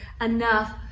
enough